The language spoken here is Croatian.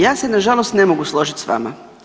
Ja se nažalost ne mogu složiti s vama.